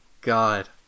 God